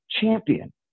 champion